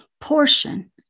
portion